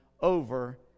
over